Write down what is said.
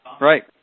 Right